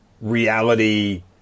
reality